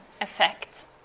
effect